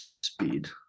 speed